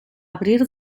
abrir